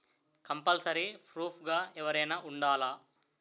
Compulsory proof గా ఎవరైనా ఉండాలా?